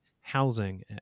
housing